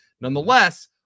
Nonetheless